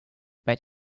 bet